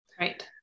Right